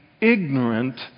ignorant